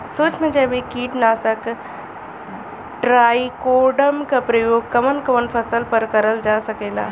सुक्ष्म जैविक कीट नाशक ट्राइकोडर्मा क प्रयोग कवन कवन फसल पर करल जा सकेला?